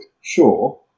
sure